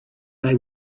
they